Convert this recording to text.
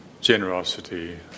generosity